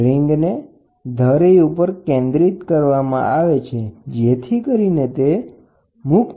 રિંગને છરીની ધરી ઉપર સંતુલિત કરવામાં આવે છે અને આ કેન્દ્ર છે જેથી કરીને તે મુક્ત રીતે ફરી શકે